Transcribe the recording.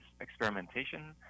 experimentation